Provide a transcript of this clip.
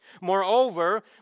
Moreover